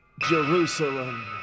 Jerusalem